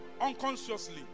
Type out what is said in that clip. unconsciously